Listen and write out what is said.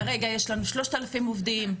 כרגע יש לנו 3,000 עובדים,